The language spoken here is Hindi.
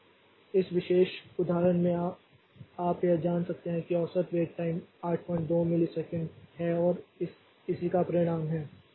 और इस विशेष उदाहरण में आप यह जान सकते हैं कि औसत वेट टाइम 82 मिलीसेकंड है और इसी का परिणाम है